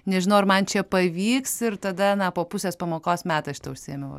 nežinau ar man čia pavyks ir tada na po pusės pamokos meta šitą užsiėmimą